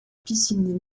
piscine